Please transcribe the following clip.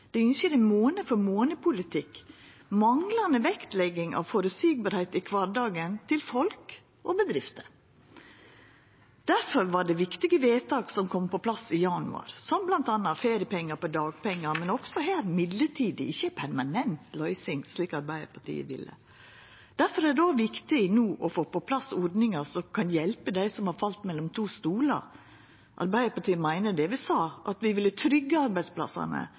Dei ynskjer ein månad-for-månad-politikk, med manglande vektlegging av ein føreseieleg kvardag for folk og bedrifter. Difor var det viktige vedtak som kom på plass i januar, som bl.a. feriepengar på dagpengar, men også her mellombels, ikkje ei permanent løysing, slik Arbeidarpartiet ville. Difor er det òg viktig no å få på plass ordningar som kan hjelpa dei som har falle mellom to stolar. Arbeidarpartiet meiner det vi sa, at vi ville tryggja arbeidsplassane